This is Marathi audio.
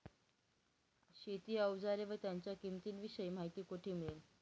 शेती औजारे व त्यांच्या किंमतीविषयी माहिती कोठे मिळेल?